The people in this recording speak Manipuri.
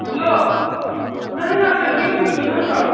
ꯍꯜꯂꯣ ꯅꯪꯅ ꯀꯩꯅꯣ ꯌꯣꯟꯕꯤꯗꯨ ꯅꯠꯇ꯭ꯔꯣ